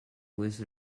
listed